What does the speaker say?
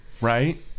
right